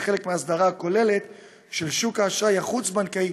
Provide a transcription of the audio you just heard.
כחלק מההסדרה הכוללת של שוק האשראי החוץ-הבנקאי,